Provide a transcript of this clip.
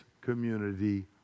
community